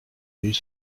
mille